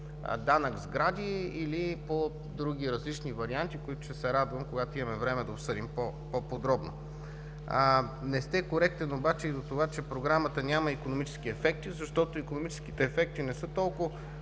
данък сгради или по други различни варианти, които ще се радвам, когато имаме време, да обсъдим по-подробно. Не сте коректен обаче за това, че в Програмата няма икономически ефекти, защото икономическите ефекти не са толкова